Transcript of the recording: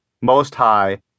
most-high